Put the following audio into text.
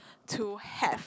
to have